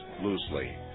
loosely